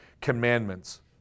commandments